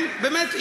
באמת,